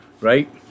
right